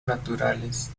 naturales